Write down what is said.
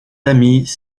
amis